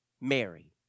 Mary